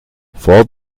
vor